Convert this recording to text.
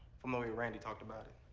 from the way randy talked about it.